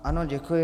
Ano, děkuji.